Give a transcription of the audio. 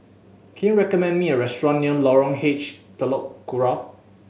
can you recommend me a restaurant near Lorong H Telok Kurau